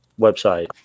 website